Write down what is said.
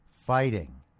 fighting